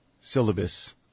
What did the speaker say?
syllabus